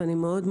ואני מאוד,